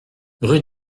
rue